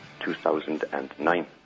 2009